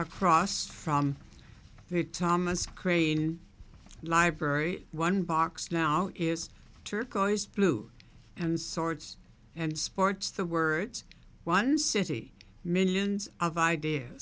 across from the thomas crane library one box now is turquoise blue and swords and sports the words one city millions of ideas